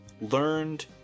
learned